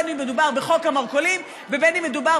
בין שמדובר בחוק המרכולים ובין שמדובר,